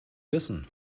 wissen